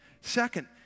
Second